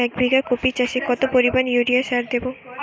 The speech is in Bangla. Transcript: এক বিঘা কপি চাষে কত পরিমাণ ইউরিয়া সার দেবো?